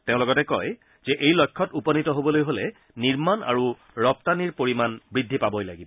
তেওঁ লগতে কয় যে এই লক্ষ্যত উপনীত হবলৈ হলে নিৰ্মাণ আৰু ৰপ্তানিৰ পৰিমাণ বৃদ্ধি পাবই লাগিব